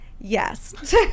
Yes